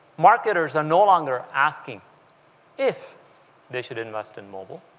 marketers are no longer asking if they should invest in mobile.